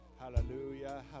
hallelujah